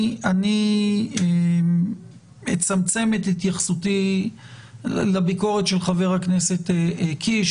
אני אצמצם את התייחסותי לביקורת של חבר הכנסת קיש.